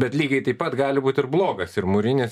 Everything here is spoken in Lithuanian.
bet lygiai taip pat gali būt ir blogas ir mūrinis